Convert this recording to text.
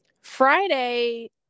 Friday